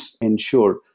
ensure